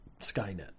Skynet